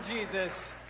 Jesus